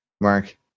mark